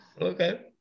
Okay